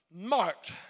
marked